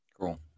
Cool